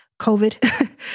COVID